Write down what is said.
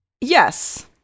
Yes